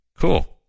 Cool